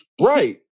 Right